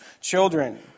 children